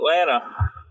Atlanta